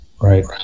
Right